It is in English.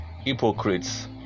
hypocrites